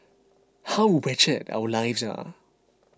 how wretched our lives are